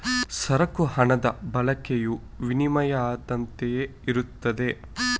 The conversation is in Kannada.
ಸರಕು ಹಣದ ಬಳಕೆಯು ವಿನಿಮಯದಂತೆಯೇ ಇರುತ್ತದೆ